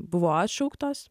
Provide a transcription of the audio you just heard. buvo atšauktos